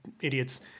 idiots